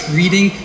reading